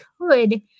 could-